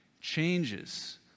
changes